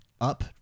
up